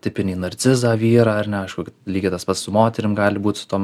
tipinį narcizą vyrą ar ne aišku kad lygiai tas pats su moterim gali būt su tom